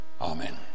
Amen